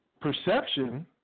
perception